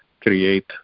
create